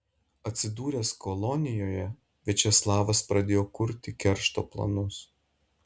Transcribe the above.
atsidūręs kolonijoje viačeslavas pradėjo kurti keršto planus